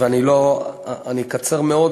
ואני אקצר מאוד,